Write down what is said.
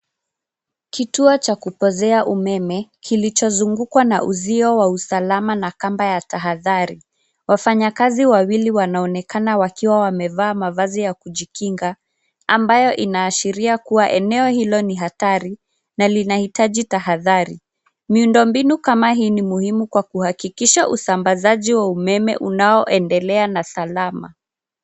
Kituo cha kupozea umeme kilichozungukwa na uzio wa usalama na kamba ya tahadhari. Wafanyakazi wawili wanaonekana wakiwa wamevaa mavazi ya kujikinga inayoashiria eneo hilo ni la hatari na linahitaji tahadhari. Miundo mbinu kama hii ni muhimu kuhakikisha usalama wa usambazaji wa umeme unaoendelea na usalama.